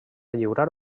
lliurar